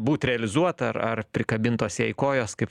būt realizuota ar ar prikabintos jai kojos kaip